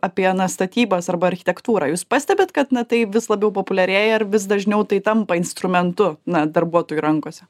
apie na statybas arba architektūrą jūs pastebit kad na tai vis labiau populiarėja ar vis dažniau tai tampa instrumentu na darbuotojų rankose